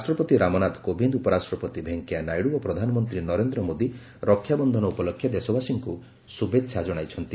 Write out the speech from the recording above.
ରାଷ୍ଟ୍ରପତି ରାମନାଥ କୋବିନ୍ଦ ଉପରାଷ୍ଟ୍ରପତି ଭେଙ୍କିୟା ନାଇଡ଼ୁ ଓ ପ୍ରଧାନମନ୍ତ୍ରୀ ନରେନ୍ଦ୍ର ମୋଦୀ ରକ୍ଷାବନ୍ଧନ ଉପଲକ୍ଷେ ଦେଶବାସୀଙ୍କୁ ଶୁଭେଚ୍ଛା ଜଣାଇଛନ୍ତି